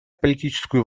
политическую